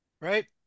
right